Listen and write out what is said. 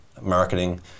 Marketing